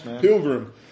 Pilgrim